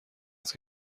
است